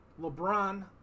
LeBron